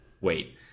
wait